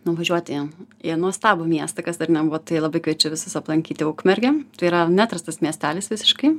nuvažiuoti į nuostabų miestą kas dar nebuvo tai labai kviečiu visus aplankyti ukmergę tai yra neatrastas miestelis visiškai